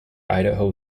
idaho